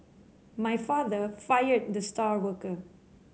my father fired the star worker